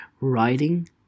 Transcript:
writing